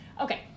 Okay